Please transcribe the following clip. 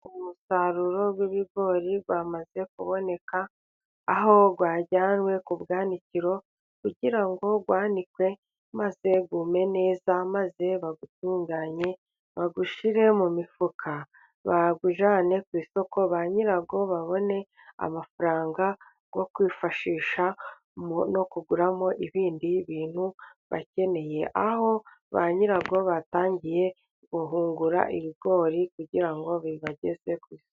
Umusaruro w'ibigori wamaze kuboneka, aho wajyanywe ku bwanikiro kugira ngo wanikwe maze wume neza, maze bawutunganye bawushyire mu mifuka bagujyane ku isoko ba nyirawo babone amafaranga yo kwifashisha no kuguramo ibindi bintu bakeneye, aho ba nyirawo batangiye guhungura ibigori kugira ngo bibageze kure.